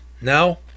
now